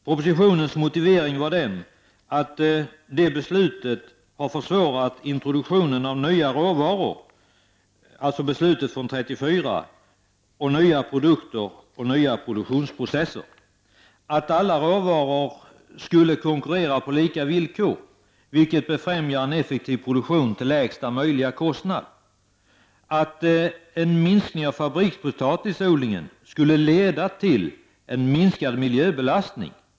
Propositionens motivering är att beslutet från 1934 har försvårat introduktionen av nya råvaror, nya produkter och nya produktionsprocesser, att alla råvaror skall konkurrera på lika villkor, vilket befrämjar en effektiv produktion till lägsta möjliga kostnad, samt att en minskning av fabrikspotatisodlingen skulle leda till en minskad miljöbelastning.